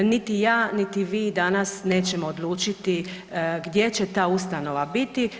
Niti ja, niti vi danas nećemo odlučiti gdje će ta ustanova biti.